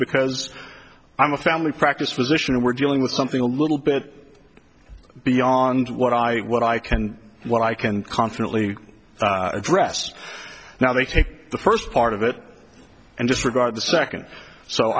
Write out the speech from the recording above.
because i'm a family practice physician and we're dealing with something a little bit beyond what i what i can what i can confidently address now they take the first part of it and disregard the second so